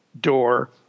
door